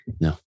No